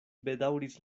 bedaŭris